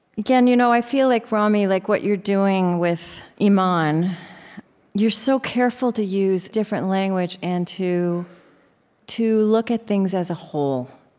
again, you know i feel like rami, like what you're doing with iman, you're so careful to use different language and to to look at things as a whole,